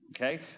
okay